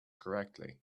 correctly